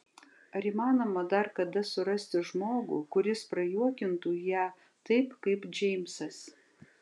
ar įmanoma dar kada surasti žmogų kuris prajuokintų ją taip kaip džeimsas